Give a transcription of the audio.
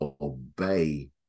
obey